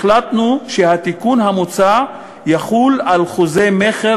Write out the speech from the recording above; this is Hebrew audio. החלטנו שהתיקון המוצע יחול על חוזי מכר